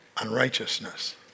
unrighteousness